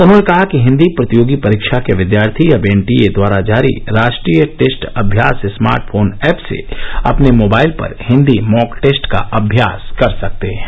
उन्होंने कहा कि हिंदी प्रतियोगी परीक्षा के विद्यार्थी अब एनटीए द्वारा जारी राष्ट्रीय टेस्ट अभ्यास स्मार्टफोन ऐप से अपने मोबाइल पर हिंदी मॉक टेस्ट का अभ्यास कर सकते हैं